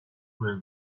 will